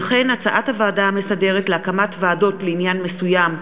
וכן הצעתה להקמת ועדות לעניין מסוים,